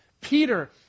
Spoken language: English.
Peter